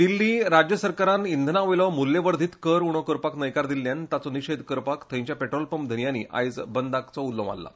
दिछ्ठी राज्या सरकारन इंधनावेलो मूल्यवर्धित कर उणो करपाक न्हयकार दिल्यान ताचो निशेध करपाक थंयच्या पेट्रोल पंप धन्यानी आयज बंदाक उलो मारल्ला